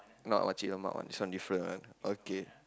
not makcik lemak [one] this one different [one] okay